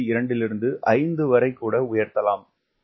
2 லிருந்து 5 வரைக் கூட உயர்த்தலாம்